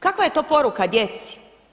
Kakva je to poruka djeci?